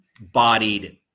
bodied